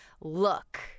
look